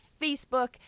Facebook